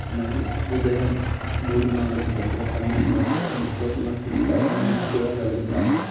మళ్లీ ఉదయం మూడు నాలుగు గంటల సమయం వరకు కొన్ని కోట్ల నక్షత్రాలను మనం చూడగలుగుతాము